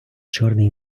чорний